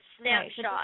snapshot